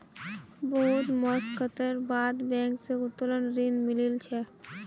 बहुत मशक्कतेर बाद बैंक स उत्तोलन ऋण मिलील छ